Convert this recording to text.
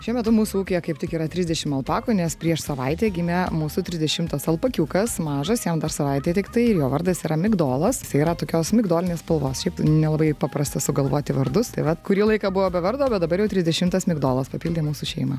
šiuo metu mūsų ūkyje kaip tik yra trisdešimt alpakų nes prieš savaitę gimė mūsų trisdešimtas alpakiukas mažas jam dar savaitė tiktai ir jo vardas yra migdolas jisai yra tokios migdolinės spalvos šiaip nelabai paprasta sugalvoti vardus tai vat kurį laiką buvo be vardo bet dabar jau trisdešimtas migdolas papildė mūsų šeimą